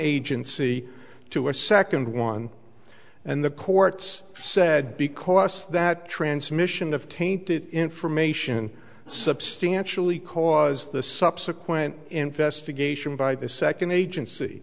agency to a second one and the courts said because that transmission of tainted information substantially cause the subsequent investigation by the second agency